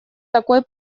такой